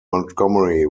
montgomery